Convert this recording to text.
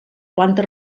planta